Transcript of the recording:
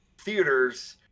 theaters